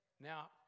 Now